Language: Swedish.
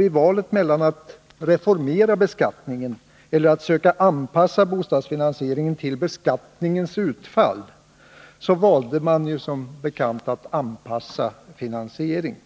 I valet mellan att reformera beskattningen och att söka anpassa bostadsfinansieringen till beskattningens utfall valde man som bekant att anpassa finansieringen.